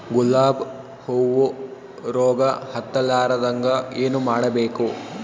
ಗುಲಾಬ್ ಹೂವು ರೋಗ ಹತ್ತಲಾರದಂಗ ಏನು ಮಾಡಬೇಕು?